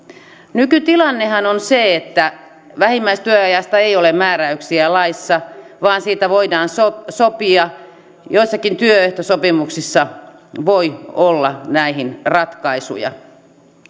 nykytilannehan on se että vähimmäistyöajasta ei ole määräyksiä laissa vaan siitä voidaan sopia sopia joissakin työehtosopimuksissa voi olla näihin ratkaisuja